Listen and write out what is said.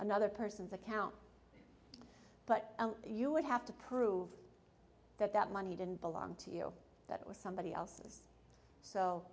another person's account but you would have to prove that that money didn't belong to you that it was somebody else's so